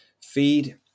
Feed